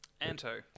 Anto